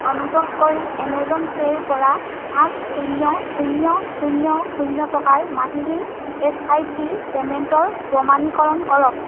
অনুগ্ৰহ কৰি এমেজন পে'ৰ পৰা পাঁচ শূন্য শূন্য শূন্য শূন্য টকাৰ মাহিলী এছআইপি পে'মেণ্টৰ প্ৰমাণীকৰণ কৰক